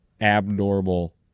abnormal